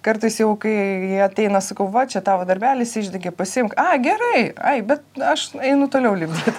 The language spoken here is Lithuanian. kartais jau kai jie ateina sakau va čia tavo darbelis išdegė pasiimk a gerai ai bet aš einu toliau lipdyt